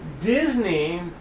Disney